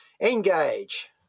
Engage